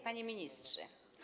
Panie Ministrze!